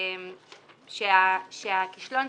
לא ישיר 10.4 שקלים.